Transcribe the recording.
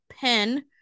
pen